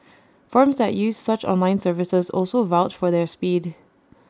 firms that use such online services also vouch for their speed